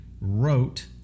wrote